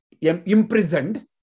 imprisoned